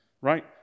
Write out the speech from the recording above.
right